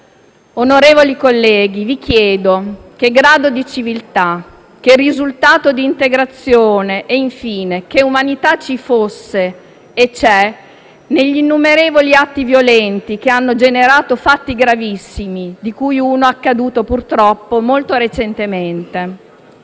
Onorevoli colleghi, vi chiedo che grado di civiltà, che risultato di integrazione e, infine, che umanità ci fosse e c'è negli innumerevoli atti violenti che hanno generato fatti gravissimi, di cui uno accaduto purtroppo molto recentemente.